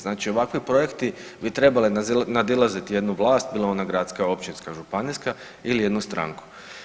Znači ovakvi projekti bi trebali nadilaziti jednu vlast bila ona gradska, općinska, županijska ili jednu stranku.